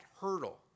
hurdle